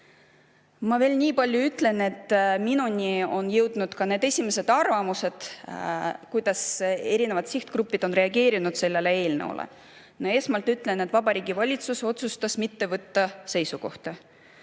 veel ütlen, et minuni on jõudnud ka esimesed arvamused, kuidas eri sihtgrupid on reageerinud sellele eelnõule. Esmalt ütlen, et Vabariigi Valitsus otsustas mitte võtta seisukohta.